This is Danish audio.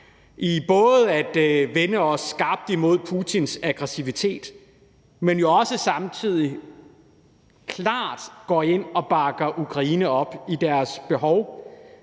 i både at vende os skarpt imod Putins aggressivitet, men samtidig også klart går ind og bakker Ukraine op i deres behov,